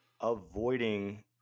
avoiding